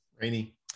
rainy